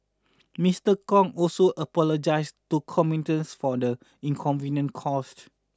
Mister Kong also apologised to commuters for the inconvenience caused